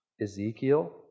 Ezekiel